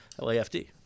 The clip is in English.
LAFD